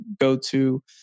go-to